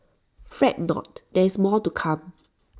fret not there is more to come